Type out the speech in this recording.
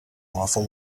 awful